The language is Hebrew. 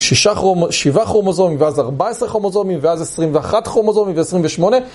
שבעה כרומוזומים, ואז ארבע עשרה כרומוזומים, ואז עשרים ואחת כרומוזומים, ועשרים ושמונה.